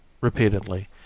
repeatedly